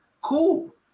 cool